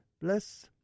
bless